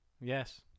Yes